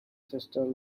sister